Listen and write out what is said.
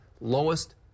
lowest